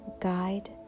guide